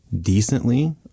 decently